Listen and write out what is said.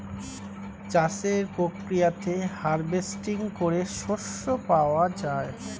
চাষের প্রক্রিয়াতে হার্ভেস্টিং করে শস্য পাওয়া যায়